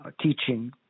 teaching